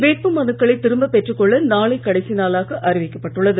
வேட்புமனுக்களை திரும்ப பெற்றுக் கொள்ள நாளை கடைசி நாளாக அறிவிக்கப்பட்டுள்ளது